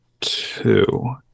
two